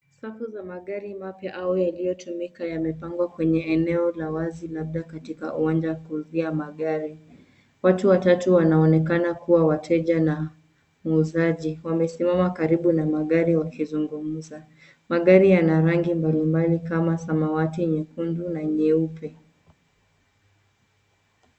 Safu za magari mapya au yaliyotumika yamepangwa kwenye eneo la wazi labda katika uwanja wa kuuzia magari. Watu watatu wanaonekana kuwa wateja na muuzaji, wamesimama karibu na magari wakizungumza. Magari yana rangi mbalimbali kama samawati, nyekundu na nyeupe.